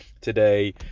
today